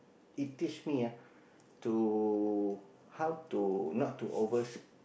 it teach me ah to how to not to over